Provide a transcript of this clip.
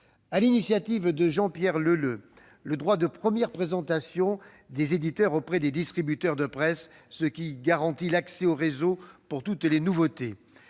l'initiative de Jean-Pierre Leleux, le droit de « première présentation » des éditeurs auprès des distributeurs de presse, ce qui garantit l'accès au réseau pour toutes les nouveautés